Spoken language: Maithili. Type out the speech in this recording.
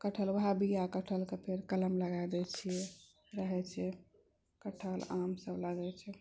कटहल वएह बिया कटहलके फेर कलम लगा दै छियै रहेछै कटहल आम सब लागल छै